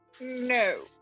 No